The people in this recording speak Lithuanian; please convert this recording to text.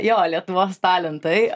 jo lietuvos talentai